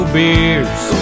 beers